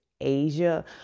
Asia